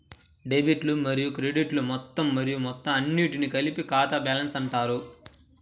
డెబిట్లు మరియు క్రెడిట్లు మొత్తం మరియు అన్నింటినీ కలిపి ఖాతా బ్యాలెన్స్ అంటారు